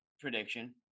prediction